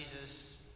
Jesus